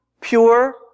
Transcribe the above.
pure